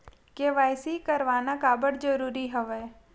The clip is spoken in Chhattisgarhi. के.वाई.सी करवाना काबर जरूरी हवय?